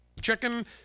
chicken